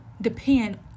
depend